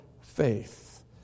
faith